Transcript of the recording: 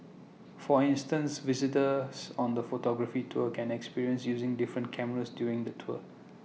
for instance visitors on the photography tour can experience using different cameras during the tour